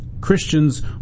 Christians